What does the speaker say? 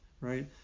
right